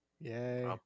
Yay